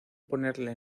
ponerle